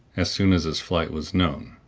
as soon as his flight was known.